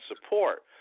support